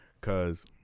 cause